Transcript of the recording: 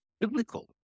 biblical